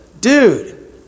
Dude